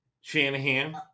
Shanahan